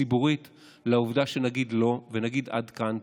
ציבורית לעובדה שנגיד לא, ונגיד: עד כאן.